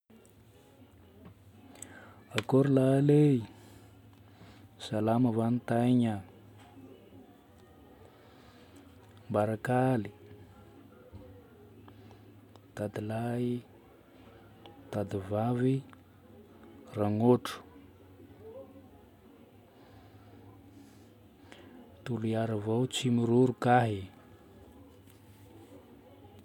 Akory lahaly e, salama va ny tegna, mbarakaly, dadilahy, dadivavy, ranôtro, toliary avao tsy miroro kahy.